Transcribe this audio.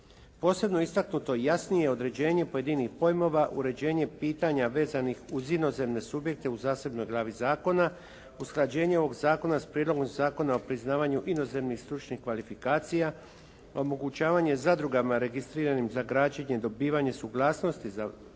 Posebno je istaknuto jasnije određenje pojedinih pojmova, uređenje pitanja vezanih uz inozemne subjekte u zasebnoj glavi zakona, usklađenje ovog zakona s Prijedlogom zakona o priznavanju inozemnih stručnih kvalifikacija, omogućavanje zadruga registriranim za građenje dobivanje suglasnosti započinjanju